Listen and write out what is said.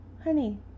honey